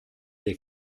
des